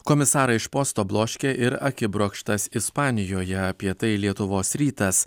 komisarą iš posto bloškė ir akibrokštas ispanijoje apie tai lietuvos rytas